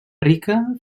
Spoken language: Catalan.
rica